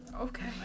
Okay